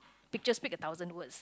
picture speak a thousand words